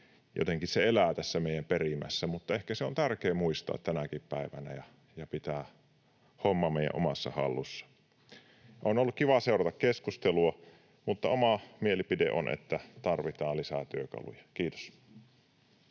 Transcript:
Jotenkin se elää tässä meidän perimässä. Mutta ehkä se on tärkeää muistaa tänäkin päivänä ja pitää homma meidän omassa hallussa. On ollut kiva seurata keskustelua, mutta oma mielipiteeni on, että tarvitaan lisää työkaluja. — Kiitos.